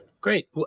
Great